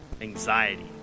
anxiety